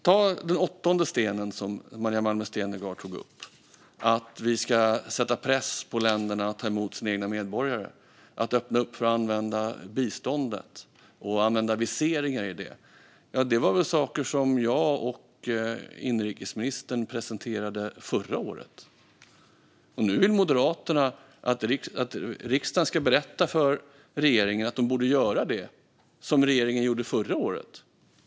Ta den åttonde stenen, som Maria Malmer Stenergard tog upp: att vi ska sätta press på länderna att ta emot sina egna medborgare, att öppna för att använda biståndet och att använda viseringar. Det var saker som jag och inrikesministern presenterade förra året. Nu vill Moderaterna att riksdagen ska berätta för regeringen att den borde göra det som regeringen gjorde förra året.